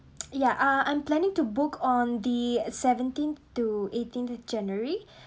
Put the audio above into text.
ya uh I'm planning to book on the seventeen to eighteenth january